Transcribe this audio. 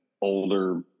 older